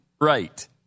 Right